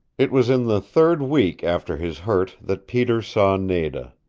it was in the third week after his hurt that peter saw nada.